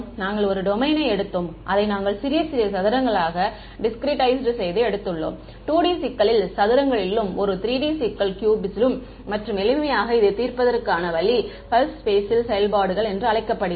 நாங்கள் ஒரு டொமைனை எடுத்தோம் அதை நாங்கள் சிறிய சிறிய சதுரங்களாக டிஸ்க்ரீட்டைஸைடு செய்து எடுத்தோம் 2D சிக்கல் சதுரங்களிழும் ஒரு 3D சிக்கல் க்யூப்ஸிலும் மற்றும் எளிமையாக இதைத் தீர்ப்பதற்கான வழி பல்ஸ் பேஸிஸ் செயல்பாடு என்று அழைக்கப்படுகிறது